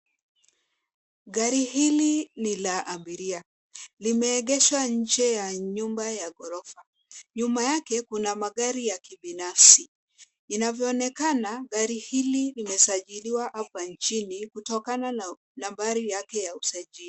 Gari hili ni la abiria. Limeegeshwa nje ya nyumba ya ghorofa. Nyuma yake kuna magari ya kibinafsi. Inavyoonekana gari hili limesajiliwa hapa nchini kutokana na nambari yake ya usajili.